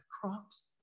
crops